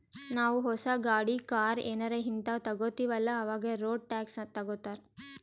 ನಾವೂ ಹೊಸ ಗಾಡಿ, ಕಾರ್ ಏನಾರೇ ಹಿಂತಾವ್ ತಗೊತ್ತಿವ್ ಅಲ್ಲಾ ಅವಾಗೆ ರೋಡ್ ಟ್ಯಾಕ್ಸ್ ತಗೋತ್ತಾರ್